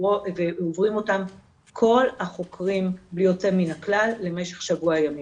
ועוברים אותן כל החוקרים בלי יוצא מן הכלל למשך שבוע ימים,